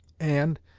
and,